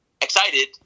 excited